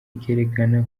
ikerekana